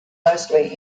mostly